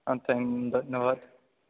অঁ থেংক ধন্যবাদ